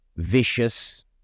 vicious